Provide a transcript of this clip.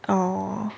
oh